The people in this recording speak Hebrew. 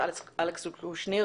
אלכס קושניר,